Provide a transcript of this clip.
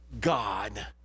God